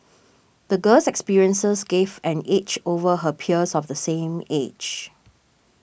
the girl's experiences gave an edge over her peers of the same age